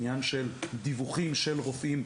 עניין של דיווחים של רופאים.